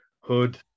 hood